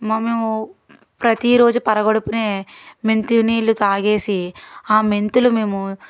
మా మేము ప్రతీరోజు పరగడుపునే మెంతి నీళ్ళు త్రాగేసి ఆ మెంతులు మేము